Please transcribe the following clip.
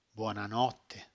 buonanotte